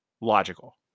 logical